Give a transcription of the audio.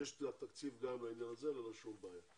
יש תקציב גם לעניין הזה ללא שום בעיה.